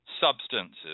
substances